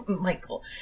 Michael